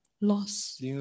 loss